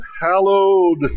hallowed